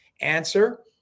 answer